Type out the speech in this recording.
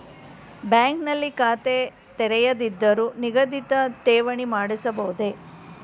Bank ನಲ್ಲಿ ಖಾತೆ ತೆರೆಯದಿದ್ದರೂ ನಿಗದಿತ ಠೇವಣಿ ಮಾಡಿಸಬಹುದೇ?